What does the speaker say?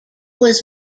was